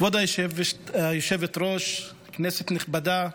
כבוד היושבת-ראש, כנסת נכבדה,